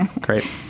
Great